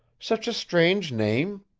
such a strange name.